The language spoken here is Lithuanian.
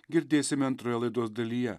girdėsime antroje laidos dalyje